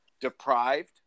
deprived